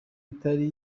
itari